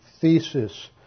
thesis